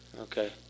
Okay